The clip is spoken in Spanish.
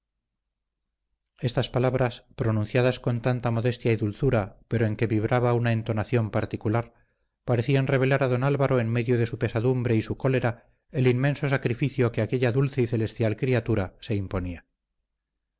estas palabras pronunciadas con tanta modestia y dulzura pero en que vibraba una entonación particular parecían revelar a don álvaro en medio de su pesadumbre y su cólera el inmenso sacrificio que aquella dulce y celestial criatura se imponía